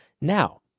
Now